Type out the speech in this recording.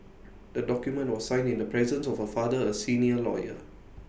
the document was signed in the presence of her father A senior lawyer